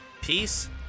Peace